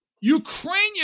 Ukrainian